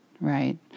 right